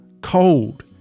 cold